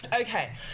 Okay